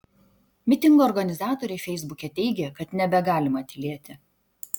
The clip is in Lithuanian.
mitingo organizatoriai feisbuke teigė kad nebegalima tylėti